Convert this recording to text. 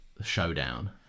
showdown